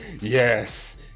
yes